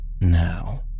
Now